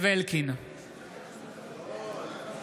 (קורא בשמות חברי הכנסת)